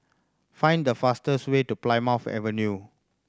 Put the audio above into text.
find the fastest way to Plymouth Avenue